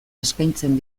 eskaintzen